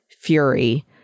Fury